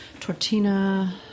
tortina